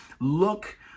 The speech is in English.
Look